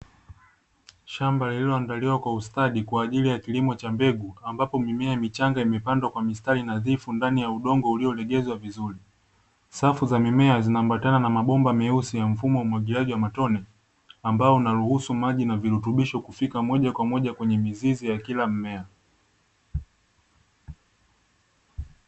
Shamba lililoandaliwa kwa ustadi kwa ajili ya kilimo cha mbegu ambapo mimea michanga imepandwa kwa mistari nadhifu ndani ya udongo uliolegezwa vizuri. Safu za mimea zinaambatana na mabomba meusi ya mfumo wa umwagiliaji wa matone ambao unaruhusu maji na virutubisho kufika moja kwa moja kwenye mizizi ya kila mmea.